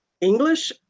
English